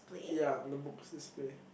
ya on the books display